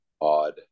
odd